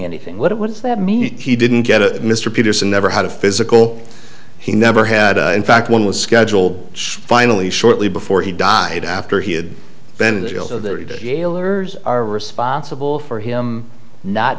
anything what does that mean he didn't get it mr peterson never had a physical he never had in fact one was scheduled finally shortly before he died after he had been gaylor are responsible for him not